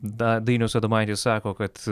da dainius adomaitis sako kad